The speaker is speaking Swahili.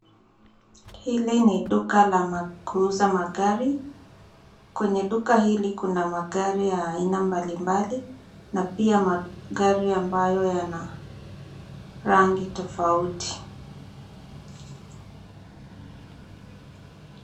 Hili ni duka la kuuza magari, kwenye duka hili kuna magari ya aina mbali mbali na pia magari amabayo yana rangi tafauti.